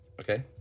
Okay